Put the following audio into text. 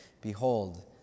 behold